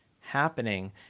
happening